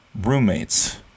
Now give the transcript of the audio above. roommates